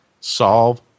Solve